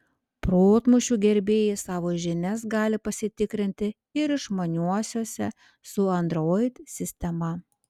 protmūšių gerbėjai savo žinias gali pasitikrinti ir išmaniuosiuose su android sistema